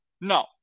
No